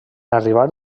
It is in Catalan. arribar